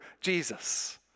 Jesus